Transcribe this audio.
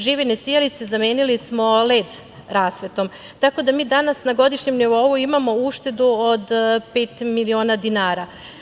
Živine sijalice, zamenili smo led rasvetom, tako da mi danas na godišnjem nivou imamo uštedu od pet miliona dinara.